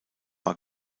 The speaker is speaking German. war